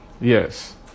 Yes